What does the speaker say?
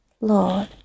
Lord